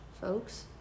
Folks